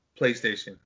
PlayStation